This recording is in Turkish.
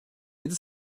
yedi